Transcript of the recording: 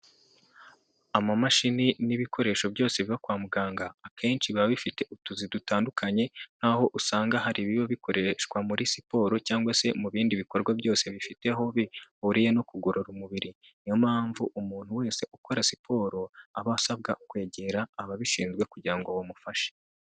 Amamashini n'ibikoresho byose biva kwa muganga akenshi biba bifite utuzi dutandukanye nk'aho usanga hari ibiba bikoreshwa muri siporo cyangwa se mu bindi bikorwa byose bifite aho bihuriye no kugorora umubiri, niyo mpamvu umuntu wese ukora siporo aba asabwa kwegera ababishinzwe kugira ngo bamufashe.